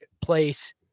place